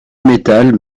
metal